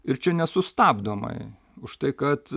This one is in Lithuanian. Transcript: ir čia nesustabdomai už tai kad